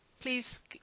Please